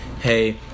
hey